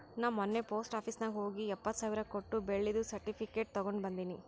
ನಾ ಮೊನ್ನೆ post office ನಾಗ್ ಹೋಗಿ ಎಪ್ಪತ್ ಸಾವಿರ್ ಕೊಟ್ಟು ಬೆಳ್ಳಿದು ಸರ್ಟಿಫಿಕೇಟ್ ತಗೊಂಡ್ ಬಂದಿನಿ